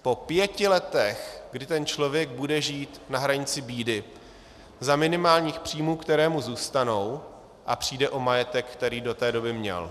Po pěti letech, kdy ten člověk bude žít na hranici bídy za minimálních příjmů, které mu zůstanou, a přijde o majetek, který do té doby měl.